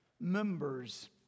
members